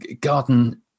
garden